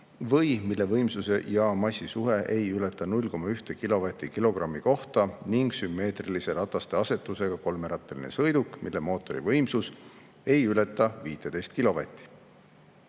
või mille võimsuse ja massi suhe ei ületa 0,1 kilovatti kilogrammi kohta, samuti sümmeetrilise rataste asetusega kolmerattaline sõiduk, mille mootori võimsus ei ületa 15